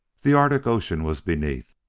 the arctic ocean was beneath.